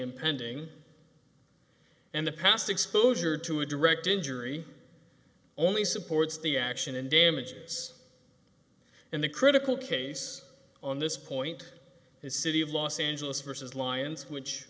impending and the past exposure to a direct injury only supports the action and damages and the critical case on this point is city of los angeles versus lyons which